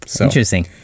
interesting